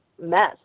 mess